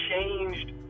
changed